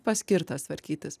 paskirtas tvarkytis